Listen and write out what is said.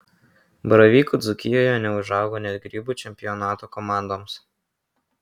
baravykų dzūkijoje neužaugo net grybų čempionato komandoms